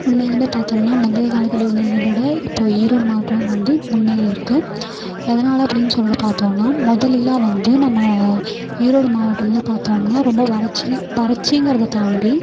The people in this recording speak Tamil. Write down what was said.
உண்மையாலுமே பார்த்தோம்னா முந்தைய காலத்தில் இருந்ததை விட இப்போது ஈரோடு மாவட்டம் வந்து முன்னேறியிருக்குது எதனால் அப்படின் சொல்லி பார்த்தோன்னா மொதலெலாம் வந்து நம்ம ஈரோடு மாவட்டமெலாம் பார்த்தோம்னா ரொம்ப வறட்சி வறட்சிங்கிறத தாண்டி